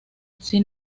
sin